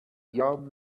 young